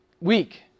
week